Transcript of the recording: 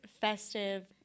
festive